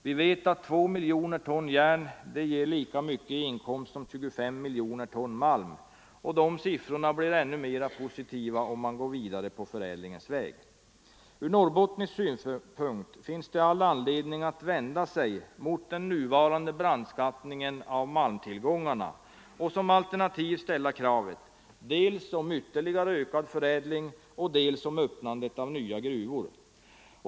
Vi vet att 2 miljoner ton järn ger lika mycket inkomst som 25 miljoner ton malm, och de siffrorna blir ännu mer positiva om man går vidare på förädlingens väg. Ur norrbottnisk synpunkt finns det all anledning att vända sig mot den nuvarande brandskattningen av malmtillgångarna och som alternativ ställa kravet om dels ökad förädling, dels öppnandet av nya gruvor.